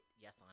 yes